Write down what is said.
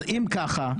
אם ככה,